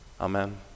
Amen